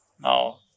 now